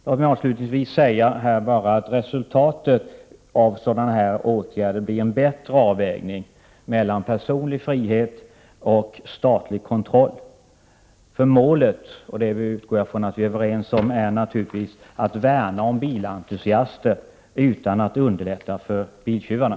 Låt mig avslutningsvis säga att resultatet av sådana här åtgärder blir en bättre avvägning mellan personlig frihet och statlig kontroll. Målet är naturligtvis, det utgår jag från att vi är överens om, att värna om bilentusiaster utan att därför underlätta för biltjuvarna.